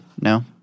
No